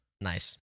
Nice